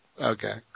Okay